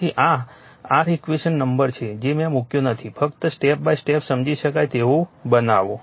તેથી આ r equation number છે જે મેં મૂક્યો નથી ફક્ત સ્ટેપ બાય સ્ટેપ સમજી શકાય તેવું બનાવો